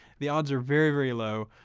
the odds are very, very low,